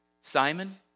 Simon